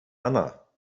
anna